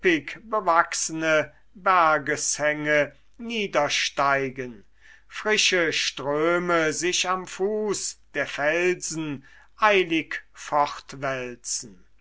bewachsene bergeshänge niedersteigen frische ströme sich am fuß der felsen eilig